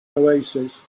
oasis